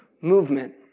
movement